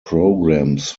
programs